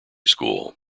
school